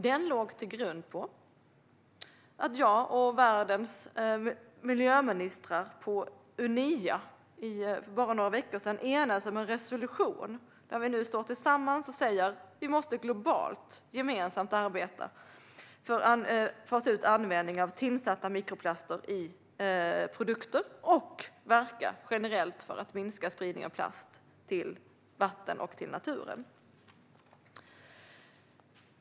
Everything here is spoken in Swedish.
Den låg till grund för att jag och världens miljöministrar på Unea för bara några veckor sedan enades om en resolution, där vi nu står tillsammans och säger att vi globalt gemensamt måste arbeta för att få bort användningen av tillsatta mikroplaster i produkter och verka generellt för att minska spridningen av plast till vatten och natur.